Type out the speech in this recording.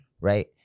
right